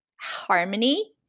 Harmony